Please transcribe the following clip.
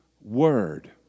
word